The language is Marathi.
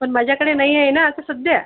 पण माझ्याकडे नाही आहे ना आता सध्या